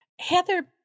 Heather